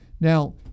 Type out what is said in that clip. Now